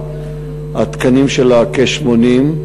התקנים שלה כ-80,